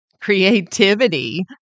Creativity